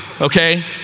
okay